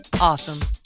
awesome